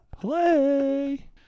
play